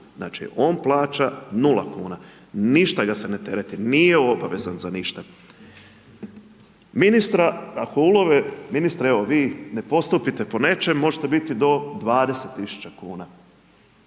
Znači on plaža nula kuna. Ništa ga se ne tereti, nije obavezan za ništa. Ministra ako ulove, ministre, evo, vi ne postupate po nečem, možete biti do 20 tisuća kuna.